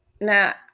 now